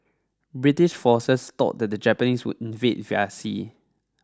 British forces thought that the Japanese would invade via sea